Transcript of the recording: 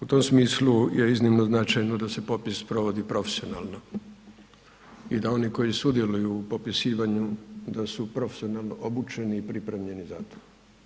U tom smislu je iznimno značajno da se popis provodi profesionalno i da oni koji sudjeluju u popisivanju da su profesionalno obučeni i pripremljeni za to.